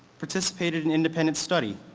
participated in independent study,